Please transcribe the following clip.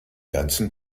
ganzen